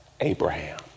Abraham